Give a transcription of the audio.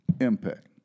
impact